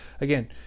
again